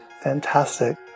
Fantastic